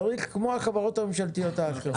צריך להיות כמו החברות הממשלתיות האחרות.